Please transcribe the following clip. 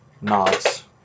nods